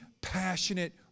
passionate